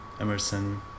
Emerson